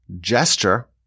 gesture